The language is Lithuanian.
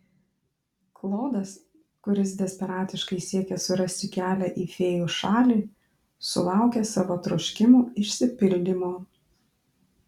klodas kuris desperatiškai siekė surasti kelią į fėjų šalį sulaukė savo troškimų išsipildymo